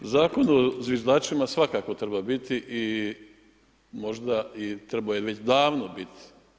Zakon o zviždačima svakako treba biti i možda i trebao je već davno bit.